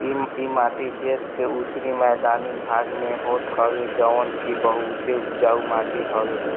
इ माटी देस के उत्तरी मैदानी भाग में होत हवे जवन की बहुते उपजाऊ माटी हवे